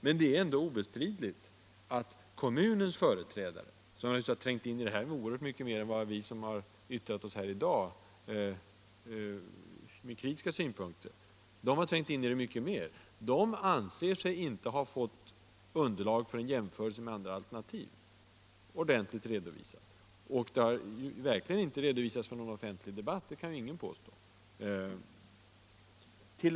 Men det är obestridligt att kommunens företrädare — som naturligtvis har trängt in i saken oerhört mycket mer än vi har gjort som har yttrat oss här i dag med kritiska synpunkter — inte anser sig ha fått underlag för en jämförelse med andra ordentligt redovisade alternativ. Alternativ har verkligen inte redovisats i någon offentlig debatt, det kan ingen påstå.